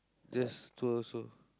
just tour also